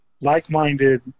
like-minded